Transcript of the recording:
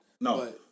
No